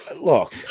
Look